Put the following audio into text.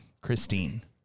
Christine